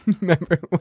Remember